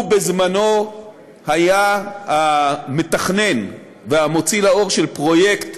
בזמנו הוא היה המתכנן והמוציא לפועל של פרויקט